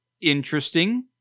interesting